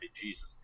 Jesus